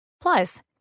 Plus